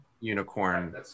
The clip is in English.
unicorn